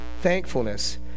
thankfulness